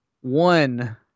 One